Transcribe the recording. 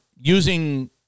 using